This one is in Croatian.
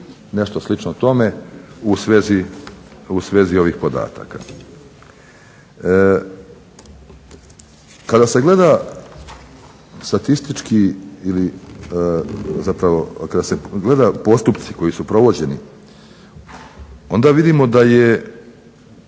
nešto slično tome u svezi ovih podataka. Kada se gleda statistički ili zapravo kada se gleda postupci koji su provođeni onda se vidi da je